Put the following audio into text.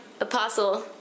apostle